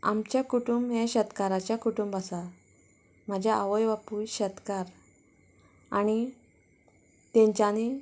आमचें कुटूंब हें शेतकाराचें कुटूंब आसा म्हाजी आवय बापूय शेतकार आनी तेंच्यांनी